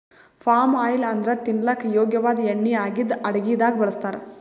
palm oil ಅಂದ್ರ ತಿನಲಕ್ಕ್ ಯೋಗ್ಯ ವಾದ್ ಎಣ್ಣಿ ಆಗಿದ್ದ್ ಅಡಗಿದಾಗ್ ಬಳಸ್ತಾರ್